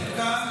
אתה מעודכן?